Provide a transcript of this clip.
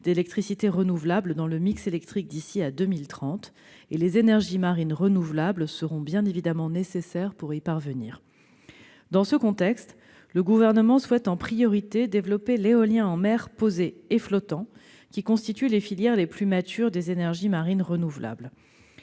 d'électricité renouvelable dans le mix électrique d'ici à 2030, et les énergies marines renouvelables seront nécessaires pour y parvenir. Dans ce contexte, le Gouvernement souhaite en priorité développer l'éolien en mer posé et l'éolien flottant, qui sont les filières les plus matures des énergies marines renouvelables.